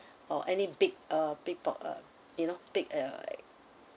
or any big uh big buck uh you know big uh